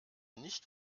nicht